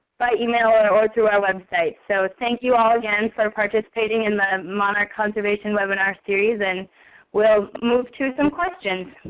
by email or or through our website. so thank you all again for sort of participating in the monarch conservation webinar series. and we'll move to some questions.